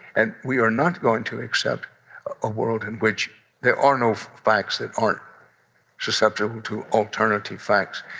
and we are not going to accept a world in which there are no facts that aren't susceptible to alternative facts.